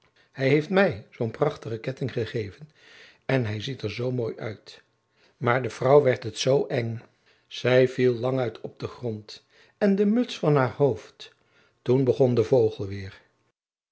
hij heeft mij zoo'n prachtigen ketting gegeven en hij ziet er zoo mooi uit maar de vrouw werd het zoo eng zij viel languit op den grond en de muts van haar hoofd toen begon de vogel weêr